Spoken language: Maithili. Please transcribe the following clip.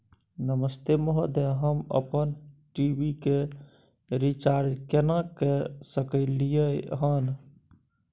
नमस्ते महोदय, हम अपन टी.वी के रिचार्ज केना के सकलियै हन?